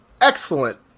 excellent